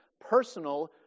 personal